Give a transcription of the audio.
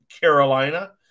Carolina